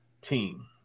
team